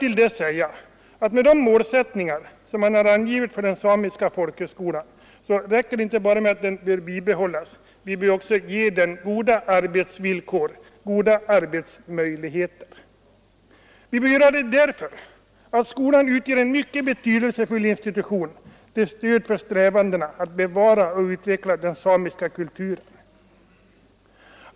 Men för att uppfylla målsättningarna för Samernas folkhögskola räcker det inte med att den bibehålls — vi bör också ge den goda arbetsvillkor och goda arbetsmöjligheter. Vi bör göra det därför att skolan utgör en mycket betydelsefull institution till stöd för strävandena att bevara och utveckla den samiska kulturen.